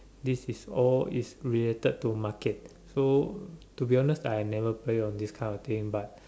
this is all is related to market to to be honest I never play on these kinda things but